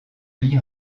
lie